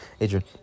Adrian